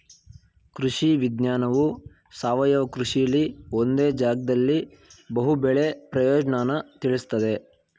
ಕೃಷಿ ವಿಜ್ಞಾನವು ಸಾವಯವ ಕೃಷಿಲಿ ಒಂದೇ ಜಾಗ್ದಲ್ಲಿ ಬಹು ಬೆಳೆ ಪ್ರಯೋಜ್ನನ ತಿಳುಸ್ತದೆ